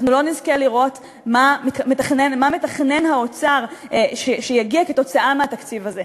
אנחנו לא נזכה לראות מה מתכנן האוצר שיגיע כתוצאה מהתקציב הזה.